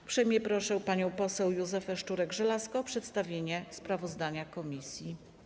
Uprzejmie proszę panią poseł Józefę Szczurek-Żelazko o przedstawienie sprawozdania komisji.